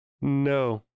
No